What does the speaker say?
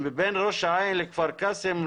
בין ראש העין לכפר קאסם,